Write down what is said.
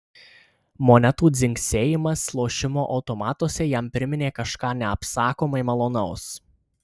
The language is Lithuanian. monetų dzingsėjimas lošimo automatuose jam priminė kažką neapsakomai malonaus